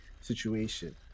situation